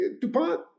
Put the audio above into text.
DuPont